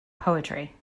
poetry